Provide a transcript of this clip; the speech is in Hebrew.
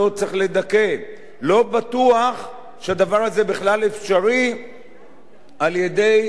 לא בטוח שהדבר הזה בכלל אפשרי על-ידי חקיקה בלבד